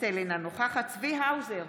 דיסטל אטבריאן, אינה נוכחת צבי האוזר,